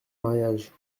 mariage